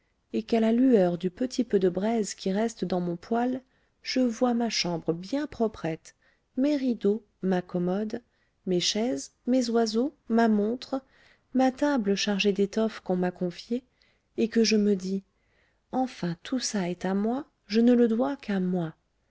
et qu'à la lueur du petit peu de braise qui reste dans mon poêle je vois ma chambre bien proprette mes rideaux ma commode mes chaises mes oiseaux ma montre ma table chargée d'étoffes qu'on m'a confiées et que je me dis enfin tout ça est à moi je ne le dois qu'à moi